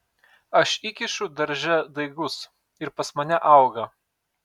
aš įkišu darže daigus ir pas mane auga